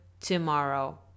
tomorrow